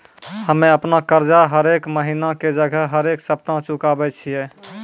हम्मे अपनो कर्जा हरेक महिना के जगह हरेक सप्ताह चुकाबै छियै